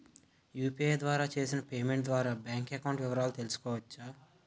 UPI ద్వారా చేసిన payment ద్వారా బ్యాంక్ అకౌంట్ వివరాలు తెలుసుకోవచ్చ?